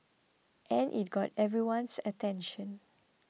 and it got everyone's attention